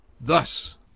thus